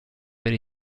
per